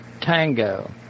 Tango